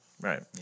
Right